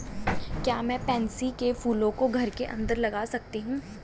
क्या मैं पैंसी कै फूलों को घर के अंदर लगा सकती हूं?